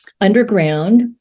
underground